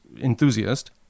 enthusiast